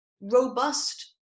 robust